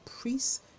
priests